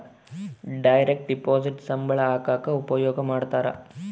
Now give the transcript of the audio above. direct deposit ಸಂಬಳ ಹಾಕಕ ಉಪಯೋಗ ಮಾಡ್ತಾರ